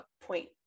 point